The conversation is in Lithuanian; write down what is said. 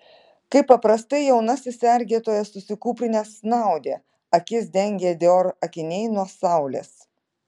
kaip paprastai jaunasis sergėtojas susikūprinęs snaudė akis dengė dior akiniai nuo saulės